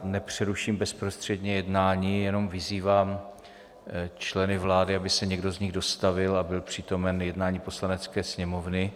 Nepřeruším bezprostředně jednání, jenom vyzývám členy vlády, aby se někdo z nich dostavil a byl přítomen jednání Poslanecké sněmovny.